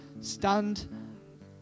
stand